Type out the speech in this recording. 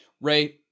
Ray